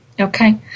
Okay